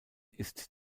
ist